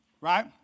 right